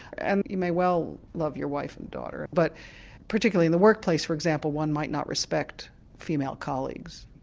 and you may well love your wife and daughter but particularly in the workplace, for example, one might not respect female colleagues.